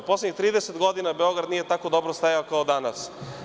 Poslednjih 30 godina Beograd nije tako dobro stajao kao danas.